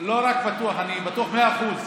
לא רק בטוח אלא בטוח במאה אחוז,